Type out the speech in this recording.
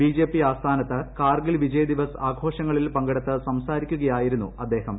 BJP ആസ്ഥാനത്ത് കാർഗിൽ വിജയദിവസ് ആഘോഷങ്ങളിൽ പങ്കെടുത്ത് സംസാരിക്കുകയായിരുന്നു അദ്ദേഹം